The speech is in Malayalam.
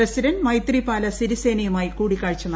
പ്രസിഡന്റ് മൈത്രിപാല സിരിസേനയുമായി കൂടിക്കാഴ്ച നടത്തും